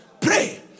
Pray